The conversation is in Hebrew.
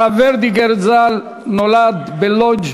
הרב ורדיגר ז"ל נולד בלודז'